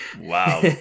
Wow